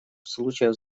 случаев